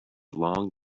long